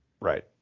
right